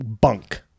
bunk